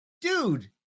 Dude